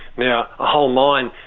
now a whole mine,